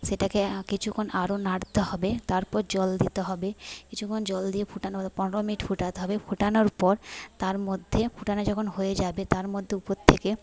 সেটাকে কিছুখণ আরও নাড়তে হবে তারপর জল দিতে হবে কিছুক্ষন জল দিয়ে ফোটানোর পনেরো মিনিট ফোটাতে হবে ফোটানোর পর তার মধ্যে ফোটানো যখন হয়ে যাবে তার মধ্যে উপর থেকে